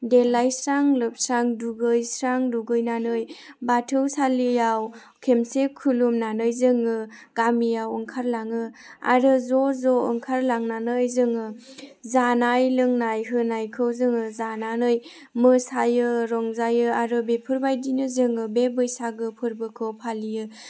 देलायस्रां लोबस्रां दुगैस्रां दुगैनानै बाथौसालियाव खेबसे खुलुमनानै जोङो गामियाव ओंखारलाङो आरो ज' ज' ओंखारलांनानै जोङो जानाय लोंनाय होनायखौ जोङो जानानै मोसायो रंजायो आरो बेफोरबायदिनो जोङो बे बैसागो फोरबोखौ फालियो